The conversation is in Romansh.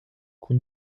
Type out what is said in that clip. cun